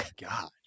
God